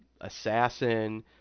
assassin